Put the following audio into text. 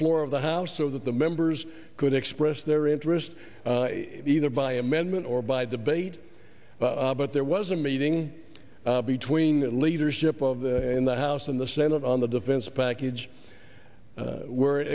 floor of the house so that the members could express their interest either by amendment or by debate but there was a meeting between the leadership of the in the house and the senate on the defense package where